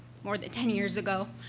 more than ten years ago,